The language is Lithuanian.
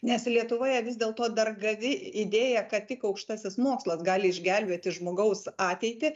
nes lietuvoje vis dėlto dar gaji idėja kad tik aukštasis mokslas gali išgelbėti žmogaus ateitį